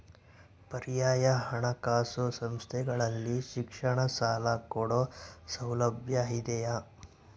ಪರ್ಯಾಯ ಹಣಕಾಸು ಸಂಸ್ಥೆಗಳಲ್ಲಿ ಶಿಕ್ಷಣ ಸಾಲ ಕೊಡೋ ಸೌಲಭ್ಯ ಇದಿಯಾ?